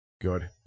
Good